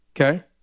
Okay